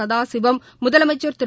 சதாசிவம் முதலமைச்சர் திரு